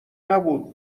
نبود